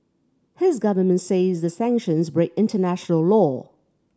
his government says the sanctions break international law